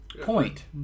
point